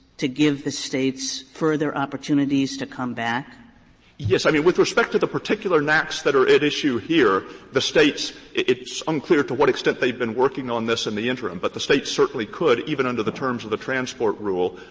to give the states further opportunities to come back? stewart yes. i mean, with respect to the particular naaqs that are at issue here, the states it's unclear to what extent they've been working on this and in the interim, but the states certainly could, even under the terms of the transport rule,